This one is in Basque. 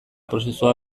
prozesua